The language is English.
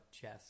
chess